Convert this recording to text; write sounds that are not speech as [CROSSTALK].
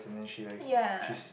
[NOISE] ya